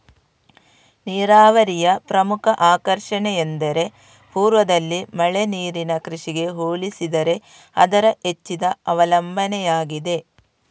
ನೀರಾವರಿಯ ಪ್ರಮುಖ ಆಕರ್ಷಣೆಯೆಂದರೆ ಪೂರ್ವದಲ್ಲಿ ಮಳೆ ನೀರಿನ ಕೃಷಿಗೆ ಹೋಲಿಸಿದರೆ ಅದರ ಹೆಚ್ಚಿದ ಅವಲಂಬನೆಯಾಗಿದೆ